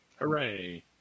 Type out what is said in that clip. Hooray